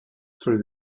through